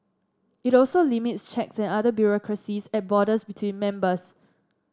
it also limits checks and other bureaucracies at borders between members